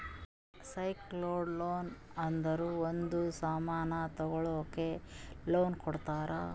secured loan ಅಂದುರ್ ಒಂದ್ ಸಾಮನ್ ತಗೊಳಕ್ ಲೋನ್ ಕೊಡ್ತಾರ